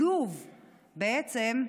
בעצם,